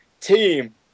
Team